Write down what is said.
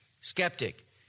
skeptic